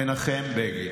מנחם בגין,